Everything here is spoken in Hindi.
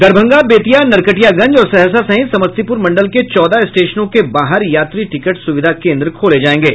दरभंगा बेतिया नरकटियागंज और सहरसा सहित समस्तीपुर मंडल के चौदह स्टेशनों के बाहर यात्री टिकट सुविधा केंद्र खोले जायेंगे